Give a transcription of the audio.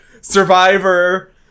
survivor